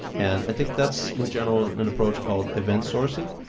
and i think that's, in general, an approach called event sourcing.